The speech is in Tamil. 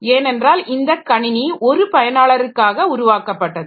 ஏனென்றால் இந்த கணினி ஒரு பயனாளருக்காக உருவாக்கப்பட்டது